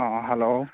ꯑꯥ hello